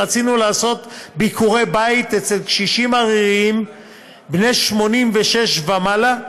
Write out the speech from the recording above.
רצינו לעשות ביקורי בית אצל קשישים עריריים בני 86 ומעלה,